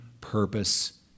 purpose